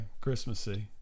Christmassy